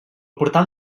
portal